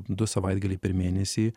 du savaitgaliai per mėnesį